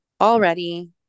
already